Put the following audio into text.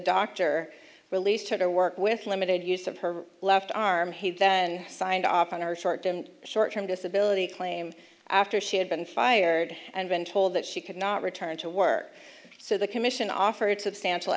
doctor released her to work with limited use of her left arm he signed off on our short short term disability claim after she had been fired and been told that she could not return to work so the commission offered substantial